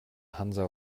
hansa